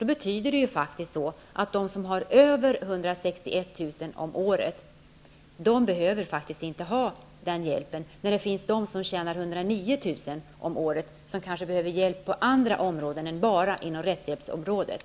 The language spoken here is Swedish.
Det betyder faktiskt att de som har över 161 000 kr. om året inte behöver ha denna hjälp, när det finns de som tjänar 109 000 kr. om året och som kanske behöver hjälp på andra områden än bara inom rättshjälpsområdet.